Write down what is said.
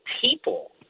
people